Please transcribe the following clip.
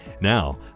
Now